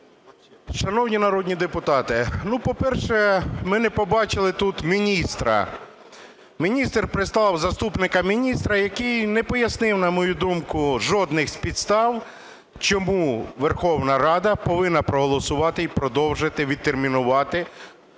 Шановні народні депутати, по-перше, ми не побачили тут міністра. Міністр представив заступника міністра, який не пояснив, на мою думку, жодних з підстав, чому Верховна Рада повинна проголосувати і продовжити, відтермінувати